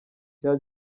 cya